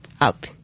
up